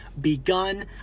begun